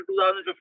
2015